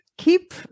keep